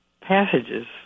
passages